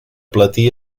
platí